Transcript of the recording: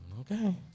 Okay